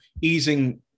easing